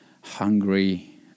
hungry